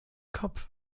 kopf